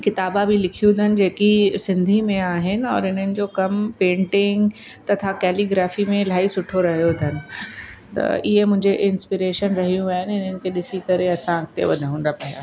किताब बि लिखियूं अथनि जेकि सिंधी में आहिनि और इन्हनि जो कमु पेंटिंग तथा केलीग्राफ़ी में इलाही सुठो रहियो अथनि त इहे मुंहिंजे इंस्पिरेशन रहियूं आहिनि इन्हनि खे ॾिसी करे असां अॻिते वधूं था पिया